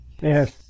Yes